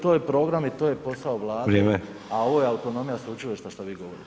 To je program i to je posao Vlade, a ovo je autonomija sveučilišta, što vi govorite.